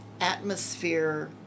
atmosphere